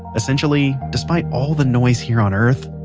essentially, despite all the noise here on earth,